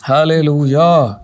Hallelujah